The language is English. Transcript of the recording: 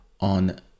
on